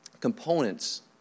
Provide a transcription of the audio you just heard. components